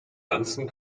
ganzen